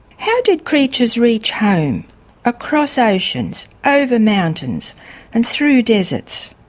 how did creatures reach home across oceans, over mountains and through deserts?